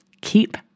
keep